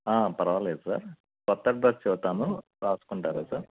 పర్వాలేదు సార్ కొత్త అడ్రస్ చెప్తాను రాసుకుంటారా సార్